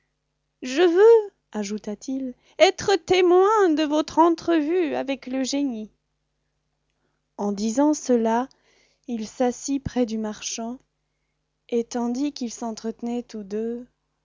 je veux ajouta-t-il être témoin de votre entrevue avec le génie en disant cela il s'assit près du marchand et tandis qu'ils s'entretenaient tous deux